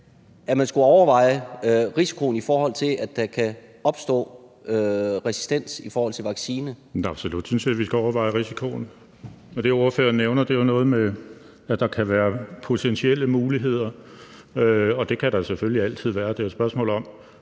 at man skulle overveje risikoen for, at der kan opstå resistens i forhold til en vaccine? Kl. 18:49 Peter Seier Christensen (NB): Jeg synes absolut, at vi skal overveje risikoen, og det, ordføreren nævner, er jo noget med, at der kan være potentielle muligheder, og det kan der selvfølgelig altid være. Det er jo spørgsmålet om,